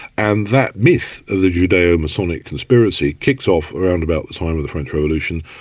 and that myth of the judaeo-masonic conspiracy, kicks off around about the time of the french revolution,